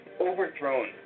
overthrown